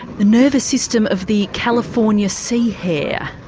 the nervous system of the california sea hare.